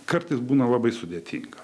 kartais būna labai sudėtinga